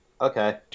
Okay